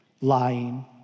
Lying